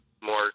more